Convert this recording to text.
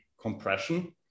compression